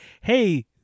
hey